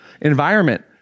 Environment